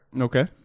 Okay